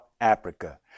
africa